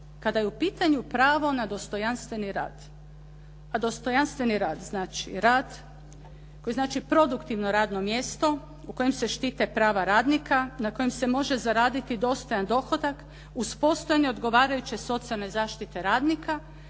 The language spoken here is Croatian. kada je u pitanju pravo na dostojanstveni rad, a dostojanstveni rad znači rad koje je znači produktivno radno mjesto u kojem se štite prava radnika, na kojem se može zaraditi dostojan dohodak uz postojanje odgovarajuće socijalne zaštite radnika